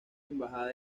embajada